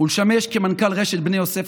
ולשמש כמנכ"ל רשת בני יוסף,